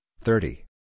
thirty